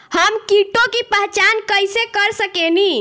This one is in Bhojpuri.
हम कीटों की पहचान कईसे कर सकेनी?